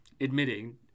admitting